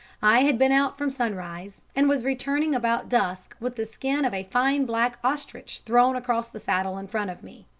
i had been out from sunrise, and was returning about dusk with the skin of a fine black ostrich thrown across the saddle in front of me,